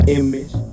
image